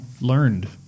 learned